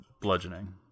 bludgeoning